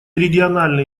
региональные